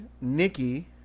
Nikki